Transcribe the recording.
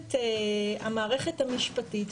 המערכת המשפטית,